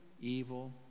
evil